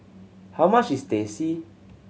how much is Teh C